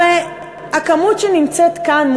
הרי הכמות שנמצאת כאן,